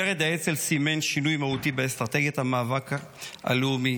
מרד האצ"ל סימן שינוי מהותי באסטרטגיית המאבק הלאומי,